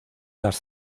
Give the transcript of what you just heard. las